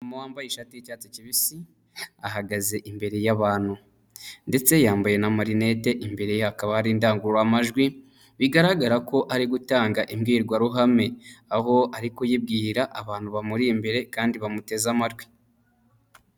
Umumama wambaye ishati y'icyatsi kibisi ahagaze imbere y'abantu. Ndetse yambaye n'amarinete. Imbere ye hakaba hari indangururamajwi bigaragara ko ari gutanga imbwirwaruhame, aho ari kuyibwirira abantu bamuri imbere kandi bamuteze amatwi.